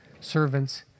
servants